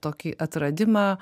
tokį atradimą